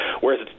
Whereas